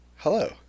Hello